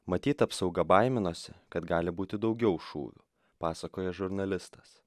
matyt apsauga baiminosi kad gali būti daugiau šūvių pasakoja žurnalistas